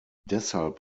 deshalb